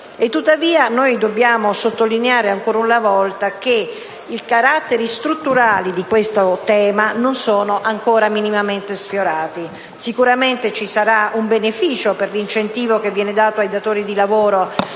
Tuttavia, dobbiamo sottolineare, ancora una volta, che i caratteri strutturali di questo tema non sono ancora minimamente sfiorati. Sicuramente ci sarà un beneficio per l'incentivo che viene dato ai datori di lavoro